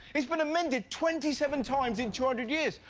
it's been amended twenty seven times in two hundred years!